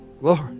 Glory